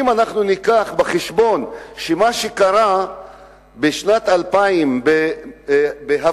אם אנחנו נביא בחשבון שמה שקרה בשנת 2000 בהפגנות